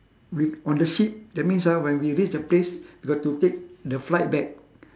we on the ship that means ah when we reach the place we got to take the flight back